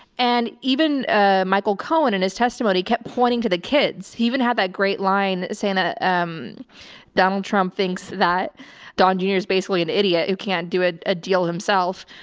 and even ah michael cohen and his testimony kept pointing to the kids. he even had that great line saying that ah um donald trump thinks that don junior is basically an idiot who can't do a ah deal himself,